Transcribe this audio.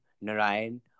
Narayan